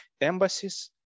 embassies